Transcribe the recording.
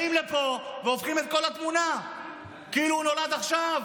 באים לפה והופכים את כל התמונה כאילו הוא נולד עכשיו,